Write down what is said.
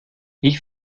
ich